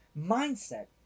Mindset